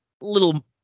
little